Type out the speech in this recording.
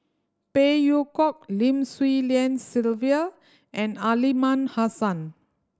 Phey Yew Kok Lim Swee Lian Sylvia and Aliman Hassan